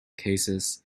cases